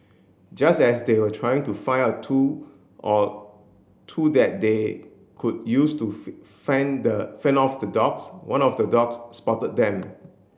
just as they were trying to find a tool or two that they could use to fend the fend off the dogs one of the dogs spotted them